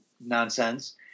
nonsense